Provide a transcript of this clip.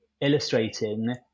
illustrating